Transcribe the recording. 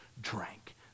drank